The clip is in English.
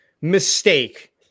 mistake